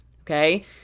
okay